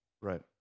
Right